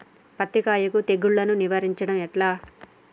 పత్తి కాయకు తెగుళ్లను నివారించడం ఎట్లా?